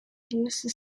use